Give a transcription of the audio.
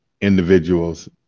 individuals